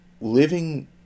living